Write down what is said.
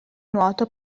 nuoto